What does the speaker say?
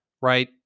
right